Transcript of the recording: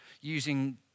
using